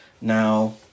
Now